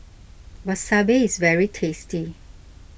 Wasabi is very tasty